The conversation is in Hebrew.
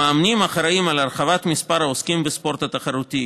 המאמנים אחראים להרחבת מספר העוסקים בספורט התחרותי,